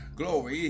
glory